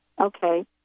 okay